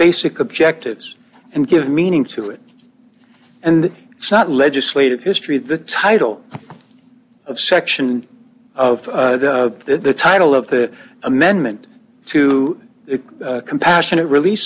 basic objectives and give meaning to it and it's not legislative history the title of section of the title of the amendment to the compassionate release